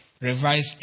revised